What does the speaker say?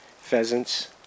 pheasants